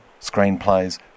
screenplays